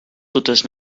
totes